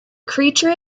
creature